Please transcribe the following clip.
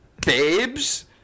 babes